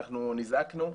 אנחנו נזעקנו.